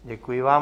Děkuji vám.